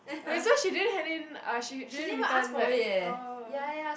so she didn't hand in ah she didn't return right oh